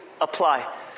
apply